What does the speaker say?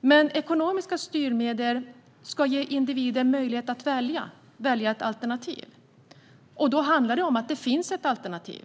Men ekonomiska styrmedel ska ge individer möjlighet att välja, och då gäller det att det finns alternativ.